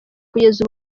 kugeza